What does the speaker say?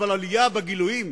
אבל עלייה בשיעור הגילויים.